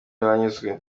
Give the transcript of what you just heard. banyuzwe